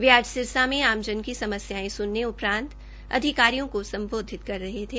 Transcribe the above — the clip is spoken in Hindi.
वे आज सिरसा में आमजन की समस्यायें सुनने उपरांत अधिकारियों को संबोधित कर रहे थे